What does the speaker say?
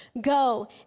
go